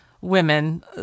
women